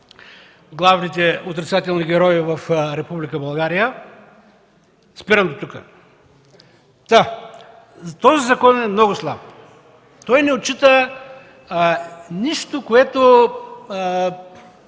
главните отрицателни герои в Република България. Спирам дотук. Този закон е много слаб. Той не отчита нищо, не